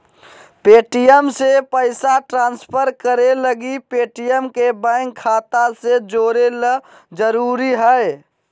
Paytm से पैसा transfer करे लगी पेटीएम के बैंक खाता से जोड़े ल जरूरी हय